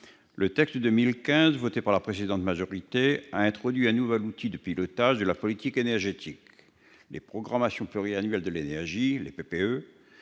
Le texte de 2015, voté par la précédente majorité, a introduit un nouvel outil de pilotage de la politique énergétique : les programmations pluriannuelles de l'énergie. Ces PPE